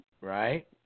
Right